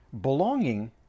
Belonging